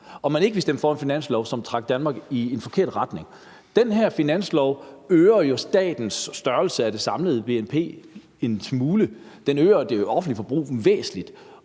at man ikke ville stemme for et finanslovsforslag, som trak Danmark i en forkert retning. Den her finanslov øger jo statens størrelse og andel af det samlede bnp en smule. Den øger det offentlige forbrug væsentligt,